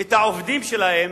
את העובדים שלהן